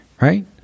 right